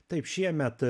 taip šiemet